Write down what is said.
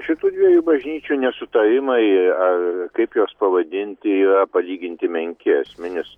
šitų dviejų bažnyčių nesutarimai ar kaip juos pavadinti yra palyginti menki esminis